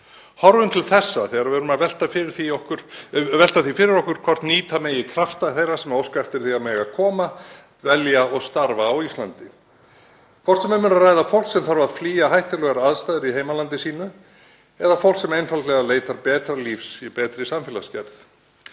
Horfum til þessa þegar við erum að velta því fyrir okkur hvort nýta megi krafta þeirra sem óska eftir því að mega koma, dvelja og starfa á Íslandi, hvort sem um er að ræða fólk sem þarf að flýja hættulegar aðstæður í heimalandi sínu eða fólk sem er einfaldlega að leita betra lífs í betri samfélagsgerð.